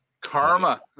Karma